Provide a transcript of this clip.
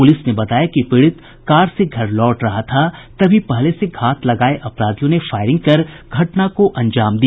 police ने बताया कि पीड़ित कार से घर लौट रहा था तभी पहले से घात लगाये अपराधियों ने फायरिंग कर घटना को अंजाम दिया